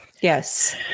Yes